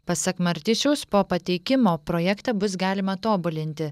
pasak martišiaus po pateikimo projektą bus galima tobulinti